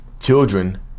Children